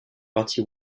parti